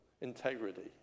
integrity